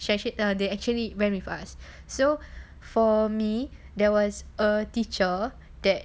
she actually err they actually ran with us so for me there was a teacher that